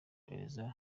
kohereza